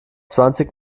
zwanzig